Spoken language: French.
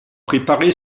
préparer